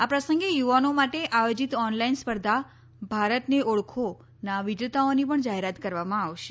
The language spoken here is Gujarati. આ પ્રસંગે યુવાનો માટે આયોજીત ઓનલાઈન સ્પર્ધા ભારતને ઓળખો નાં વિજેતાઓની પણ જાહેરાત કરવામાં આવશે